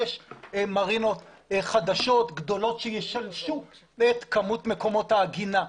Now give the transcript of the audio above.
אנחנו מדברים על שש מרינות חדשות גדולות שישלשו את כמות מקומות העגינה.